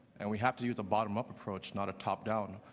and we have to use a bottom up approach, not a top down.